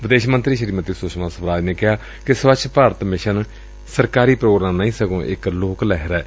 ਵਿਦੇਸ਼ ਮੰਤਰੀ ਸ੍ਰੀਮਤੀ ਸੁਸ਼ਮਾ ਸਵਰਾਜ ਨੇ ਕਿਹਾ ਕਿ ਸਵੱਛ ਭਾਰਤ ਮਿਸ਼ਨ ਸਰਕਾਰੀ ਪ੍ਰੋਗਰਾਮ ਨਹੀਂ ਏ ਸਗੋਂ ਇਕ ਲੋਕ ਲਹਿਰ ਏ